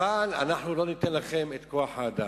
אבל לא ניתן לכם את כוח-האדם.